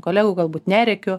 kolegų galbūt nerėkiu